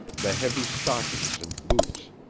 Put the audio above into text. the heavy stockings and boots,